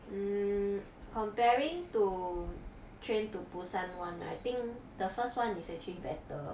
mm comparing to train to busan one I think the first one is actually better